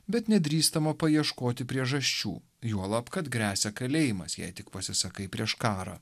bet nedrįstama paieškoti priežasčių juolab kad gresia kalėjimas jei tik pasisakai prieš karą